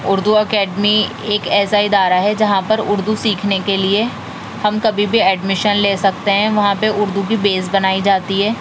Urdu academy ایک ایسا ادارہ ہے جہاں پر اردو سیکھنے کے لیے ہم کبھی بھی ایڈمیشن لے سکتے ہیں وہاں پہ اردو کی بیس بنائی جاتی ہے